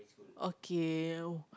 okay